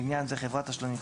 לעניין זה - "חברת תשלומים",